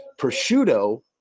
Prosciutto